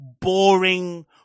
boring